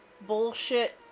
bullshit